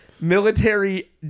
military